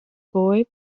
boy